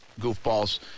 goofballs